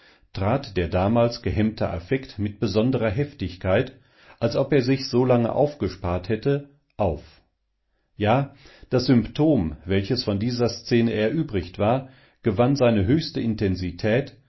trat der damals gehemmte affekt mit besonderer heftigkeit als ob er sich solange aufgespart hätte auf ja das symptom welches von dieser szene erübrigt war gewann seine höchste intensität